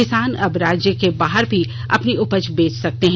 किसान अब राज्य के बाहर भी अपनी उपज बेच सकते हैं